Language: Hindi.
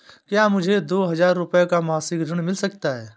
क्या मुझे दो हजार रूपए का मासिक ऋण मिल सकता है?